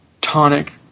tonic